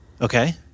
Okay